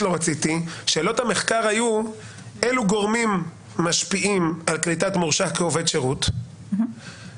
שאלות המחקר היו אילו גורמים משפיעים על קליטת מורשע כעובד שירות ובאיזו